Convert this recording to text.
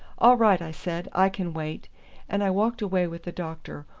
all right! i said, i can wait and i walked away with the doctor,